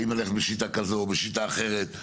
האם ללכת בשיטה כזו או בשיטה אחרת?